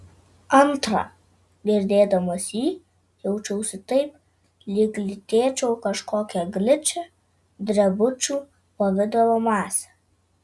antra girdėdamas jį jaučiausi taip lyg lytėčiau kažkokią gličią drebučių pavidalo masę